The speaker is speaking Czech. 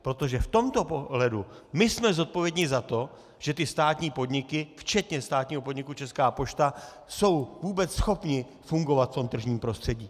Protože v tomto ohledu my jsme zodpovědní za to, že ty státní podniky včetně státního podniku Česká pošta jsou vůbec schopny fungovat v tom tržním prostředí.